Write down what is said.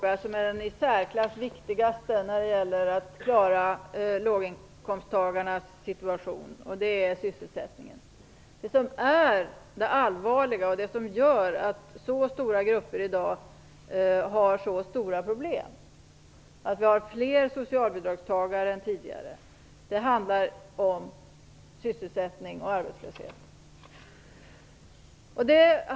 Fru talman! Det finns en fråga som är den i särklass viktigaste när det gäller att klara låginkomsttagarnas situation, och det är sysselsättningen. Det som är allvarligt, och som gör att stora grupper i dag har stora problem och att vi har fler socialbidragstagare än tidigare, är minskad sysselsättning och arbetslöshet.